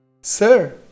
sir